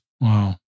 Wow